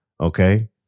Okay